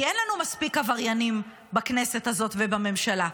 כי אין לנו מספיק עבריינים בכנסת הזאת ובממשלה.